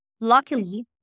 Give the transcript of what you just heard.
Luckily